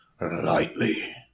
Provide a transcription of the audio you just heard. lightly